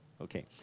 Okay